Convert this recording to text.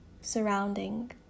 surrounding